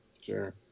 Sure